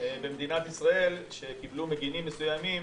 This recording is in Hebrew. במדינת ישראל, שקיבלו מגנים מסוימים